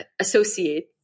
associate